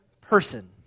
person